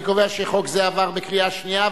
אני קובע שחוק זה עבר בקריאה שנייה.